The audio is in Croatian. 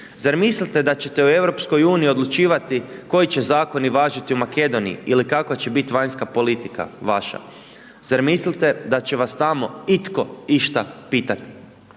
Zar mislite da ćete u EU odlučivati koji će zakoni važiti u Makedoniji ili kakva će biti vanjska politika vaša? Zar mislite da će vas tamo itko išta pitati?